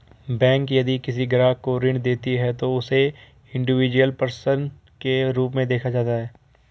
bank यदि किसी ग्राहक को ऋण देती है तो उसे इंडिविजुअल पर्सन के रूप में देखा जाता है